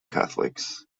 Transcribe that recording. catholics